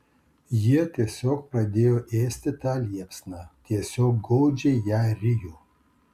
jie tiesiog pradėjo ėsti tą liepsną tiesiog godžiai ją rijo